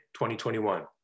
2021